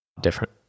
different